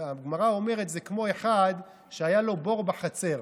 הגמרא אומרת שזה כמו אחד שהיה לו בור בחצר,